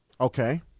Okay